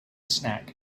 snack